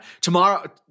Tomorrow –